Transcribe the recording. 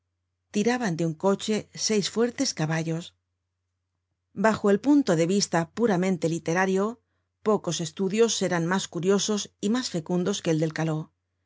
tiraban de un coche seis fuertes caballos bajo el punto de vista puramente literario pocos estudios serán mas curiosos y mas fecundos que el del caló